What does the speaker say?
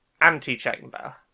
Antichamber